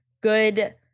good